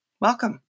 Welcome